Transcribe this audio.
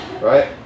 right